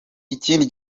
ikindi